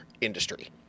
industry